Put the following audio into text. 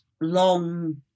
long